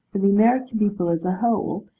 for the american people as a whole,